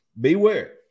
beware